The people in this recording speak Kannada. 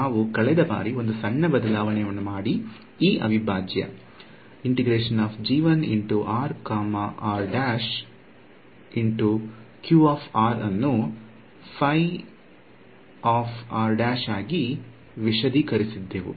ನಾವು ಕಳೆದ ಬಾರಿ ಒಂದು ಸಣ್ಣ ಬದಲಾವಣೆ ಮಾಡಿ ಈ ಅವಿಭಾಜ್ಯ ಅನ್ನು ಆಗಿ ವಿಶದೀಕರಿಸಿದ್ದೆವು